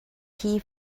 key